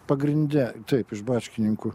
pagrinde taip iš bačkininkų